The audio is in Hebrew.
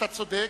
אתה צודק.